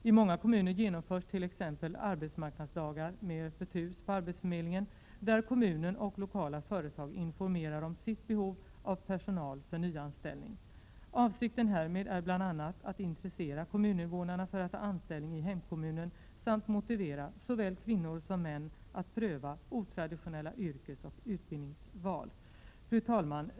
I många kommuner genomförs t.ex. arbetsmarknadsdagar, med Öppet hus på arbetsförmedlingen där kommunen och lokala företag informerar om sitt behov av personal för nyanställning. Avsikten härmed är bl.a. att intressera kommuninvånarna för att ta anställning i hemkommunen samt motivera såväl kvinnor som män att pröva otraditionella yrkesoch utbildningsval. Fru talman!